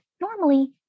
normally